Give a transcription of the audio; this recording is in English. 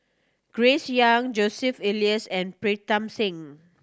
Grace Young Joseph Elias and Pritam Singh